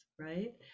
right